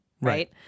right